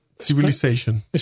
civilization